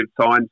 signs